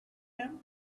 him